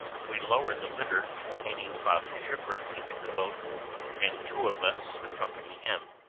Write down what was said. we lower the litter containing father schiffer into the boat and two of us accompany him.